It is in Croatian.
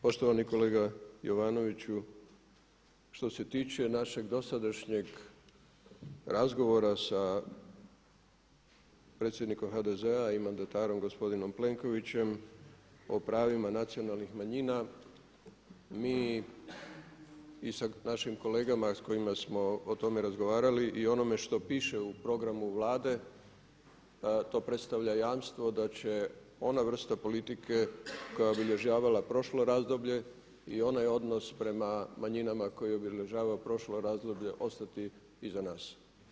Poštovani kolega Jovanoviću, što se tiče našeg dosadašnjeg razgovara sa predsjednikom HDZ-a i mandatarom gospodinom Plenkovićem o pravima nacionalnih manjina mi i sa našim kolegama s kojima smo o tome razgovarali i onome što piše u programu Vlade to predstavlja jamstvo da će ona vrsta politike koja je obilježavala prošlo razdoblje i onaj odnos prema manjinama koje obilježava prošlo razdoblje ostati iza nas.